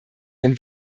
wenn